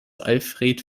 alfred